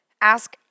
Ask